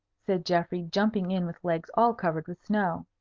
said geoffrey, jumping in with legs all covered with snow.